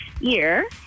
year